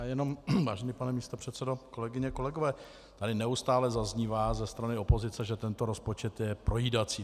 Já jenom, vážený pane místopředsedo, kolegyně a kolegové, tady neustále zaznívá ze strany opozice, že tento rozpočet je projídací.